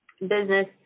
business